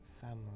family